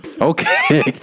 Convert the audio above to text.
Okay